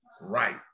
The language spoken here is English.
Right